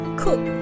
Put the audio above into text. cook